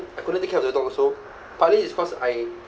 I couldn't take care of the dog also partly is because I